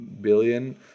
billion